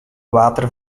water